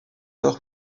leur